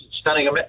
stunning